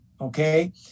okay